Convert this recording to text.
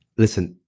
listen,